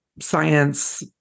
science